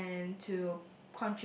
and to